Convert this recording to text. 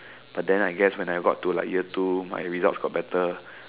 but then I guess when I got to year two my results got better